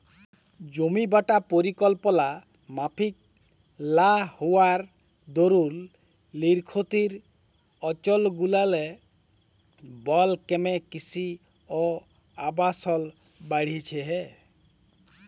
জমিবাঁটা পরিকল্পলা মাফিক লা হউয়ার দরুল লিরখ্খিয় অলচলগুলারলে বল ক্যমে কিসি অ আবাসল বাইড়হেছে